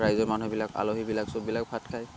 ৰাইজৰ মানুহবিলাক আলহীবিলাক চববিলাক ভাত খায়